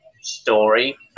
story